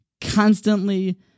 constantly